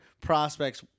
prospects